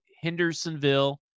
Hendersonville